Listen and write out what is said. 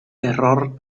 terror